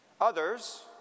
Others